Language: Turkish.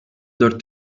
dört